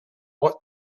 what